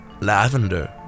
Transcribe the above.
Lavender